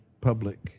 public